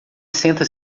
senta